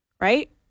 right